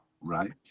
right